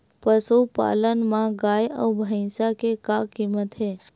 पशुपालन मा गाय अउ भंइसा के का कीमत हे?